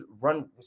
run